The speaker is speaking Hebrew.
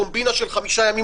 קומבינה של חמישה ימים,